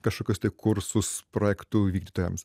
kažkokius kursus projektų vykdytojams